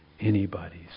anybody's